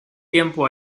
tiempo